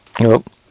Nope